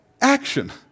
action